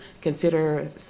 consider